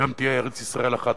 וגם תהיה ארץ-ישראל אחת.